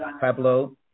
Pablo